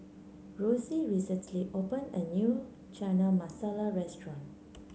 Rosie recently opened a new Chana Masala restaurant